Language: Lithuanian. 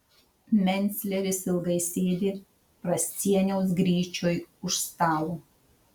mencleris ilgai sėdi prascieniaus gryčioj už stalo